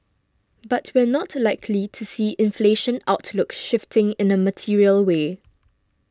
but we're not likely to see inflation outlook shifting in a material way